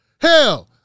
Hell